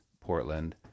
Portland